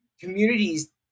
communities